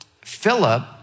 Philip